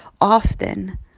often